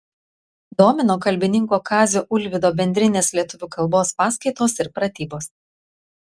domino kalbininko kazio ulvydo bendrinės lietuvių kalbos paskaitos ir pratybos